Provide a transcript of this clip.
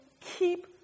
keep